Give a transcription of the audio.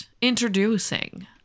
introducing